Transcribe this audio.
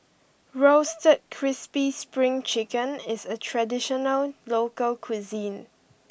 Roasted Crispy Spring Chicken is a traditional local cuisine